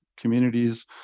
communities